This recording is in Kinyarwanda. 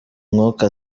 mwuka